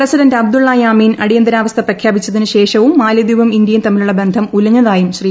president Abdulla Yameen അടിയന്തരാവസ്ഥ പ്രഖ്യാപിച്ചതിനുശേഷം മാലദ്ധീപും ഇന്ത്യയും തമ്മിലുള്ള ബന്ധം ഉലഞ്ഞതായും ശ്രീ